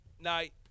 night